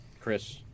Chris